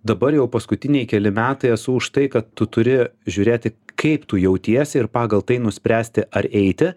dabar jau paskutiniai keli metai esu už tai kad tu turi žiūrėti kaip tu jautiesi ir pagal tai nuspręsti ar eiti